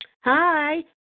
Hi